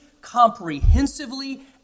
comprehensively